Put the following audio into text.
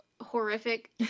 horrific